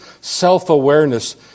self-awareness